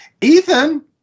ethan